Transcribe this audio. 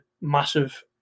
massive